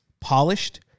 polished